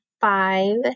five